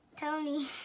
tony